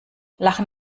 lachen